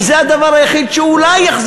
46.5 מיליארד שקלים יותר מההכנסות שהיא תכניס.